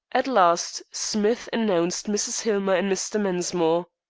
at last smith announced mrs. hillmer and mr. mensmore.